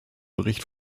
bericht